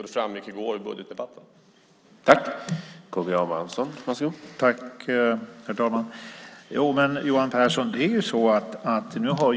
Det framgick i budgetdebatten i går.